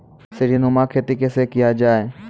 सीडीनुमा खेती कैसे किया जाय?